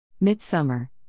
Midsummer